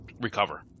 recover